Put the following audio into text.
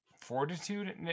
fortitude